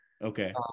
okay